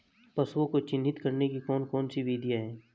पशुओं को चिन्हित करने की कौन कौन सी विधियां हैं?